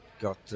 got